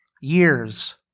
years